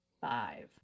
five